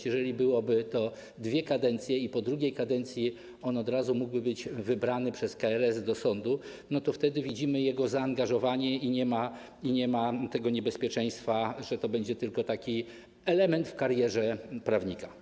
Jeżeli byłyby to dwie kadencje i po drugiej kadencji on od razu mógłby być wybrany przez KRS do sądu, to wtedy widzimy jego zaangażowanie i nie ma tego niebezpieczeństwa, że to będzie tylko taki element w karierze prawnika.